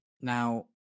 Now